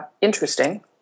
interesting